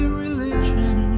religion